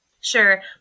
Sure